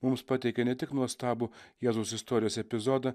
mums pateikė ne tik nuostabų jėzaus istorijos epizodą